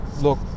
look